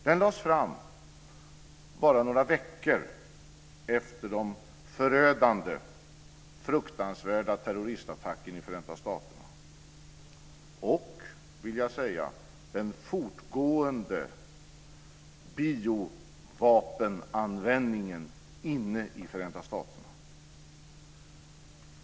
Den lades fram bara några veckor efter de förödande och fruktansvärda terroristattackerna i Förenta staterna och - det vill jag säga - i den fortgående biovapenanvändningen inne i Förenta staterna.